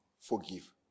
forgive